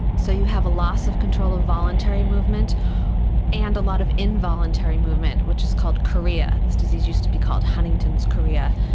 so you have a loss of control of voluntary movement and a lot of involuntary movement which is called chorea, this disease used to be called huntington's chorea,